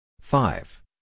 five